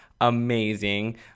amazing